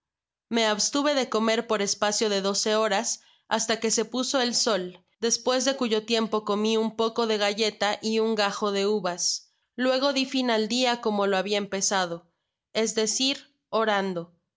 me abstuve de comer por espacio de doce horas basta que se puso el sol despues de cuyo tiempo comí un poco de galleta y un gajo de uvas luego di fin al dia como lo habia empezado es decir orando y